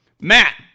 Matt